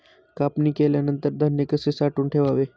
कापणी केल्यानंतर धान्य कसे साठवून ठेवावे?